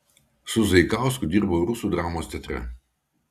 su zaikausku dirbau rusų dramos teatre